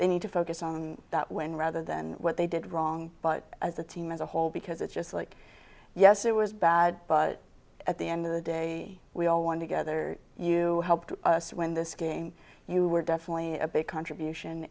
they need to focus on that when rather than what they did wrong but as a team as a whole because it's just like yes it was bad but at the end of the day we all want together you helped us win this game you were definitely a big contribution